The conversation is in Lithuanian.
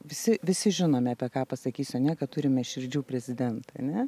visi visi žinome apie ką pasakysiu ar ne kad turime širdžių prezidentą ar ne